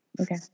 Okay